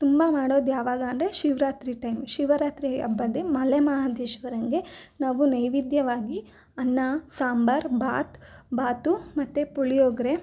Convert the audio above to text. ತುಂಬ ಮಾಡೋದ್ಯಾವಾಗ ಅಂದರೆ ಶಿವರಾತ್ರಿ ಟೈಮ್ ಶಿವರಾತ್ರಿ ಹಬ್ಬದ ಮಲೆ ಮಹಾದೇಶ್ವರಂಗೆ ನಾವು ನೈವೇದ್ಯವಾಗಿ ಅನ್ನ ಸಾಂಬಾರು ಭಾತು ಭಾತು ಮತ್ತು ಪುಳಿಯೋಗರೆ